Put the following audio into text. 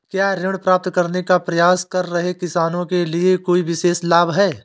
क्या ऋण प्राप्त करने का प्रयास कर रहे किसानों के लिए कोई विशेष लाभ हैं?